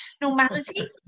Normality